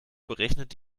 berechnet